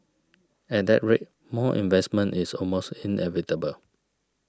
at that rate more investment is almost inevitable